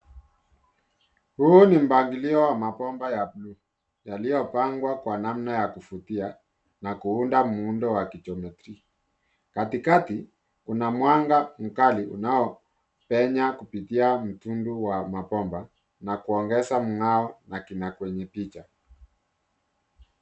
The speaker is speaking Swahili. Huu ni mpangilio wa mabomba ya blue , yaliyopangwa kwa namna ya kuvutia, na kuunda muundo wa ki geometry , katikati, kuna mwanga mkali, unaopenya kupitia mtundu wa mabomba, na kuongeza mng'ao na kina kwenye picha.